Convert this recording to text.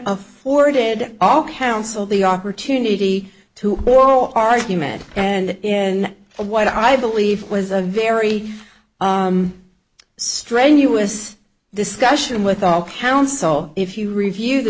afforded all counsel the opportunity to oral argument and in what i believe was a very strenuous discussion with all counsel if you review the